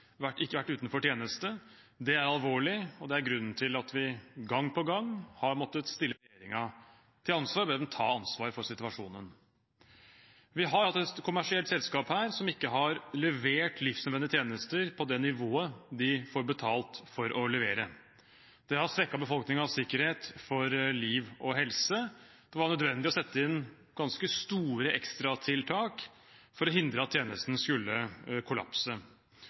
vært utenfor tjeneste. Det er alvorlig, og det er grunnen til at vi gang på gang har måttet stille regjeringen til ansvar og be dem ta ansvar for situasjonen. Vi har hatt et kommersielt selskap her som ikke har levert livsnødvendige tjenester på det nivået de får betalt for å levere. Det har svekket befolkningens sikkerhet for liv og helse. Det var nødvendig å sette inn ganske store ekstratiltak for å hindre at tjenesten skulle kollapse.